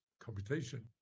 computation